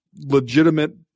legitimate